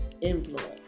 influence